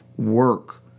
work